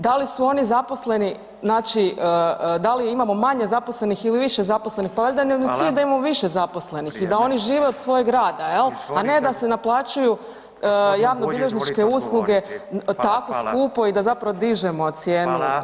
Da li su oni zaposleni znači, da li imamo manje zaposlenih ili više zaposlenih, pa valjda nam je cilj da imamo više zaposlenih [[Upadica Radin: Hvala, vrijeme.]] i da oni žive od svojeg rada, jel a ne da se naplaćuju [[Upadica Radin: G. Bulj izvolite odgovoriti, hvala.]] javnobilježničke usluge tako skupo i da zapravo dižemo cijenu ovrhe.